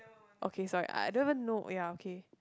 okay sorry I don't even know ya okay